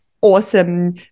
awesome